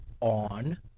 on